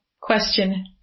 question